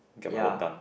ya